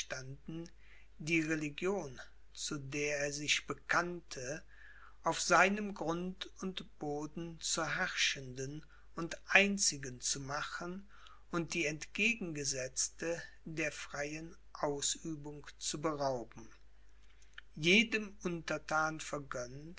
die religion zu der er sich bekannte auf seinem grund und boden zur herrschenden und einzigen zu machen und die entgegengesetzte der freien ausübung zu berauben jedem